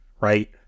right